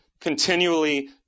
continually